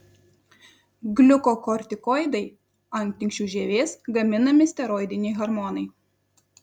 gliukokortikoidai antinksčių žievės gaminami steroidiniai hormonai